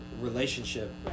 relationship